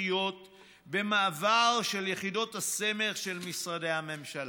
דחיות במעבר של יחידות הסמך של משרדי הממשלה.